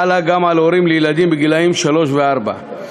חלה גם על הורים לילדים גילאי שלוש וארבע.